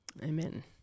Amen